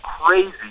crazy